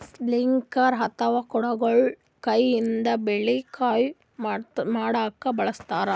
sickle ಅಥವಾ ಕುಡಗೊಲ್ ಕೈಯಿಂದ್ ಬೆಳಿ ಕೊಯ್ಲಿ ಮಾಡ್ಲಕ್ಕ್ ಬಳಸ್ತಾರ್